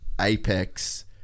apex